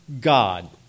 God